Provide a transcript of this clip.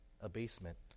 abasement